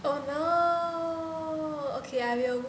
oh no okay I will